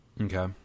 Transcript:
Okay